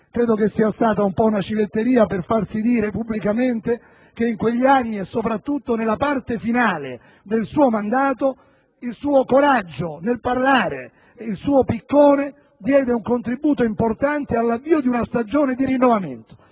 Credo che questa sia stata un po' una civetteria per farsi dire pubblicamente che in quegli anni e soprattutto nella parte finale del suo mandato il suo coraggio nel parlare, il suo "piccone" diedero un contributo importante all'avvio di una stagione di rinnovamento.